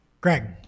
Greg